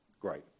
Great